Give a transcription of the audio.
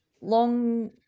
long